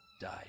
died